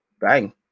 Bang